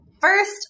first